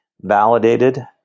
validated